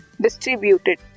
distributed